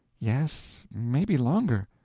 yes maybe longer.